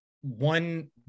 one